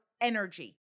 energy